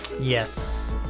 Yes